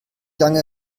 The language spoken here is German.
lange